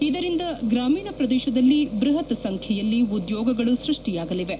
ಇದರಿಂದ ಗ್ರಾಮೀಣ ಪ್ರದೇಶದಲ್ಲಿ ಬೃಪತ್ ಸಂಬ್ಕೆಯಲ್ಲಿ ಉದ್ಯೋಗಗಳು ಸೃಷ್ಟಿಯಾಗಲಿವೆ